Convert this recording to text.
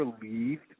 relieved